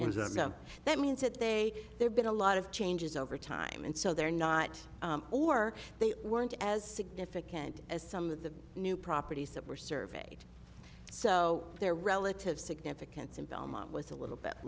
and that means that they there been a lot of changes over time and so they're not or they weren't as significant as some of the new properties that were surveyed so their relative significance in belmont was a little bit